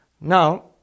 Now